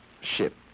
ship